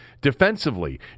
defensively